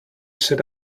sat